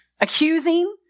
accusing